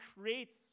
creates